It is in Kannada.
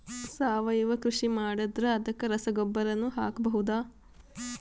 ಸಾವಯವ ಕೃಷಿ ಮಾಡದ್ರ ಅದಕ್ಕೆ ರಸಗೊಬ್ಬರನು ಹಾಕಬಹುದಾ?